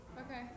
Okay